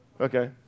Okay